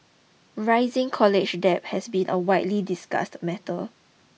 rising college debt has been a widely discussed matter